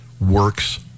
works